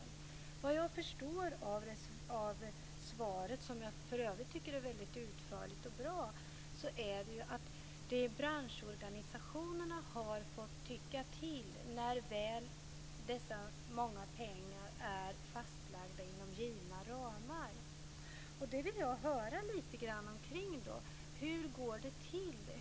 Såvitt jag förstår av svaret, som jag för övrigt tycker är väldigt utförligt och bra, har branschorganisationerna fått tycka till när väl alla dessa pengar är fastlagda inom givna ramar. Jag vill höra lite grann om detta. Hur går det till?